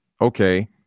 okay